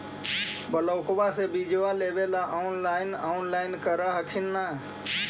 ब्लोक्बा से बिजबा लेबेले ऑनलाइन ऑनलाईन कर हखिन न?